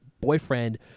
boyfriend